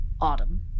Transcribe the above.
Autumn